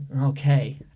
okay